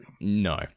no